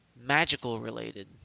magical-related